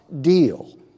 deal